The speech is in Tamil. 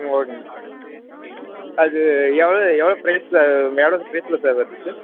ம் ஓகேங்க சார் அது எவ்வளோ எவ்வளோ ப்ரைஸ் சார் எவ்வளோ ப்ரைஸில் சார் வருது சார்